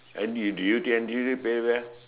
and do do you think pay well